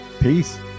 peace